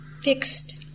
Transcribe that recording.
fixed